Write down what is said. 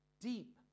deep